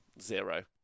Zero